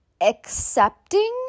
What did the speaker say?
accepting